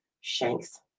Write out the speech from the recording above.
Shanks